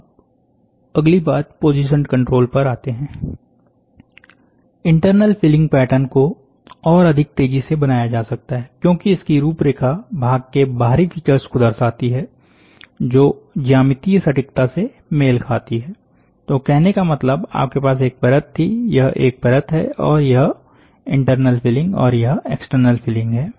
अब अगली बात पोजीशन कंट्रोल पर आते हैं इंटरनल फिलिंग पैटर्न को और अधिक तेजी से बनाया जा सकता है क्योंकि इसकी रूपरेखा भाग के बाहरी फीचर्स को दर्शाती है जो ज्यामितीय सटीकता से मेल खाती है तो कहने का मतलब आपके पास एक परत थी यह एक परत है और यह इंटरनल फिलिंग और यह एक्सटर्नल फिलिंग है